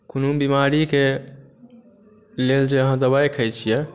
कोनो बेमारीके लेल जे अहाँ दवाइ खाइ छिए